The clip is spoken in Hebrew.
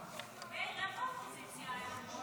מאיר, איפה האופוזיציה היום?